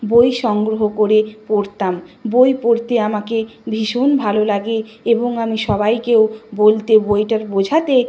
বই সংগ্রহ করে পড়তাম বই পড়তে আমাকে ভীষণ ভালো লাগে এবং আমি সবাইকেও বলতে বইটার বোঝাতে